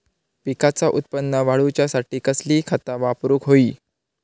पिकाचा उत्पन वाढवूच्यासाठी कसली खता वापरूक होई?